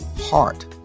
heart